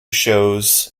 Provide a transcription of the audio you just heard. shows